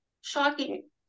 shocking